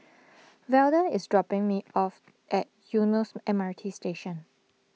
Velda is dropping me off at Eunos M R T Station